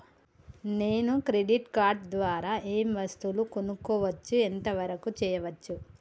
నేను credit card ద్వారా ఏం వస్తువులు కొనుక్కోవచ్చు ఎంత వరకు చేయవచ్చు?